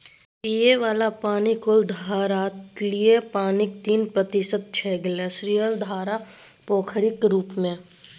पीबय बला पानि कुल धरातलीय पानिक तीन प्रतिशत छै ग्लासियर, धार, पोखरिक रुप मे